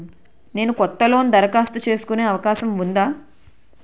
నేను కొత్త లోన్ దరఖాస్తు చేసుకునే అవకాశం ఉందా?